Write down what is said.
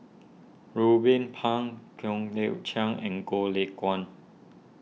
Ruben Pang Kian Yeo Chai and Goh Lay Kuan